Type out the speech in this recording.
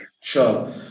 Sure